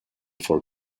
for